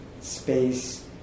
space